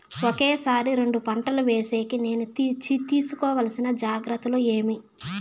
ఒకే సారి రెండు పంటలు వేసేకి నేను తీసుకోవాల్సిన జాగ్రత్తలు ఏమి?